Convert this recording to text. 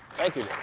thank you.